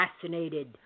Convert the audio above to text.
fascinated